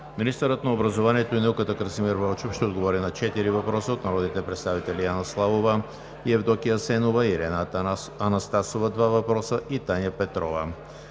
министърът на образованието и науката Красимир Вълчев ще отговори на четири въпроса от народните представители Анна Славова и Евдокия Асенова; Ирена Анастасова – два въпроса; и Таня Петрова;